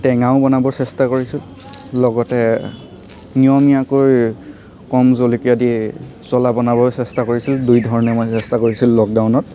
টেঙাও বনাবৰ চেষ্টা কৰিছোঁ লগতে নিয়মীয়াকৈ কম জলকীয়া দি জ্বলা বনাবৰ চেষ্টা কৰিছিলোঁ দুই ধৰণেই মই চেষ্টা কৰিছিলোঁ লকডাউনত